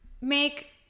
make